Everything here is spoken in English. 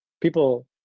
People